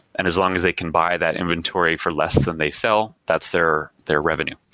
and as long as they can buy that inventory for less than they sell, that's their their revenue.